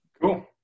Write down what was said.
cool